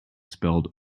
spelled